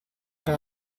era